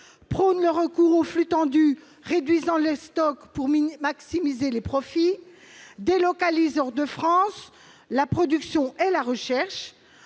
prônent le recours aux flux tendus en réduisant les stocks pour maximiser les profits et délocalisent hors de France la production et la recherche.